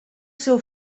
seu